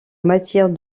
matière